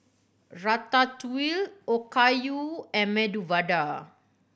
Ratatouille Okayu and Medu Vada